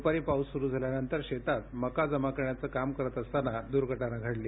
दुपारी पाऊस सुरू झाल्यानंतर शेतात मका जमा करण्याचं काम करत असताना दूर्घटना घडली